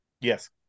Yes